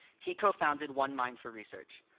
he co-founded one mind for research,